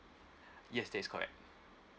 yes that is correct